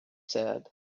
said